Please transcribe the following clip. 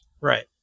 Right